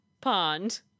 pond